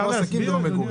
זה לא עסקים ולא מגורים.